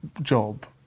job